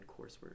coursework